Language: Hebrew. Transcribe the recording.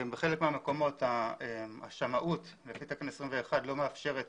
בחלק מהמקומות השמאות לפי תקן 21 לא מאפשרת